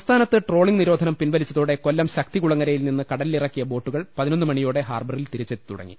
സംസ്ഥാനത്ത് ട്രോളിംഗ് നിരോധനം പ്രിൻവലിച്ചതോടെ കൊല്ലം ശക്തിക്കുളങ്ങരയിൽ നിന്ന് കടലിലിറക്കിയ ബോട്ടുകൾ പതിനൊന്ന് മണിയോടെ ഹാർബറിൽ തിരിച്ചെത്തി തുടങ്ങി